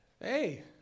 Hey